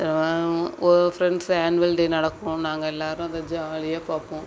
ஒ friends annual day நடக்கும் நாங்கள் எல்லோரும் அதை ஜாலியாக பார்ப்போம்